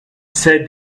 said